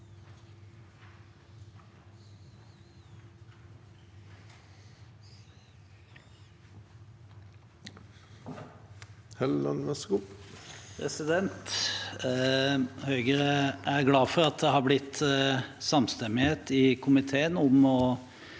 Høyre er glad for at det er blitt samstemmighet i komiteen om